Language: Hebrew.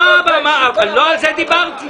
לא על זה דיברתי.